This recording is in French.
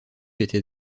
était